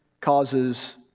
causes